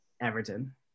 Everton